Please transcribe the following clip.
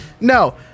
No